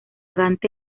gante